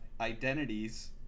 identities